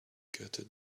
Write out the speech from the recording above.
gutted